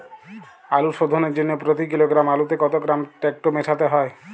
আলু শোধনের জন্য প্রতি কিলোগ্রাম আলুতে কত গ্রাম টেকটো মেশাতে হবে?